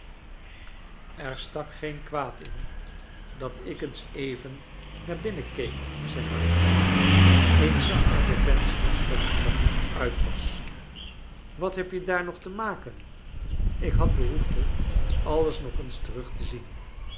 er stak geen kwaad in dat ik eens even naar binnen keek zei harriet ik zag aan de vensters dat de familie uit was wat heb je daar nog te maken ik had behoefte alles nog eens terug te zien